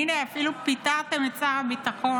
הינה, אפילו פיטרתם את שר הביטחון.